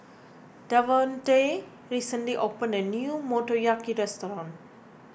Davonte recently opened a new Motoyaki restaurant